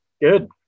Good